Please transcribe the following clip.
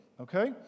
okay